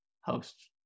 hosts